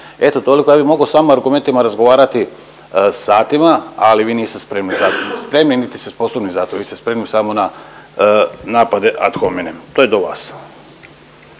Eto toliko, ja bi mogao samo argumentima razgovarati satima, ali vi niste spremni za to, niti spremni, niti ste sposobni za to, vi ste spremni samo na napade ad hominem, to je do vas.